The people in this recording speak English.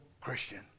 Christian